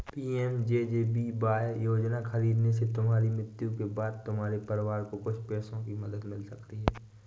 PMJJBY योजना खरीदने से तुम्हारी मृत्यु के बाद तुम्हारे परिवार को कुछ पैसों की मदद मिल सकती है